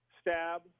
stab